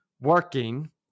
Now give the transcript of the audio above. working